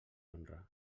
honra